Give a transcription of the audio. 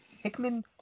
Hickman